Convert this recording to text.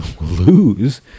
lose